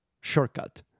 shortcut